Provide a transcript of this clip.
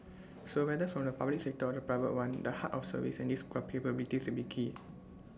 so whether from the public sector or the private one the heart of service and these capabilities will be key